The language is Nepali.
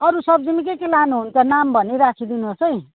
अरू सब्जीमा के के लानु हुन्छ नाम भनी राखिदिनु होस् है